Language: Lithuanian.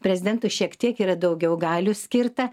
prezidentui šiek tiek yra daugiau galių skirta